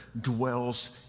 dwells